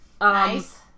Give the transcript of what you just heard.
Nice